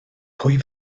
pwy